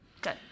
Good